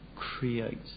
create